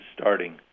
starting